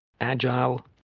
agile